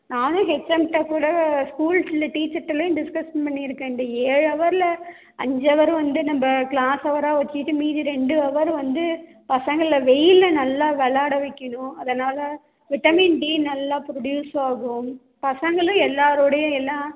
நானும் ஹச்எம்கிட்ட கூட ஸ்கூலில் டீச்சர்கிட்டலாம் டிஸ்கஷன் பண்ணியிருக்கேன் இந்த ஏழு ஹவரில் அஞ்சவரு வந்து நம்ம கிளாஸ் ஹவராக வச்சுக்கிட்டு மீதி ரெண்டு ஹவரு வந்து பசங்களை வெயிலில் நல்லா விளாட வக்கணும் அதனால் விட்டமின்டி நல்லா ப்ரொடியூஸ்ஸாகும் பசங்களும் எல்லாரோடையும் எல்லாம்